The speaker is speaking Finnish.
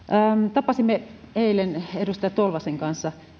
tapasimme eilen edustaja tolvasen kanssa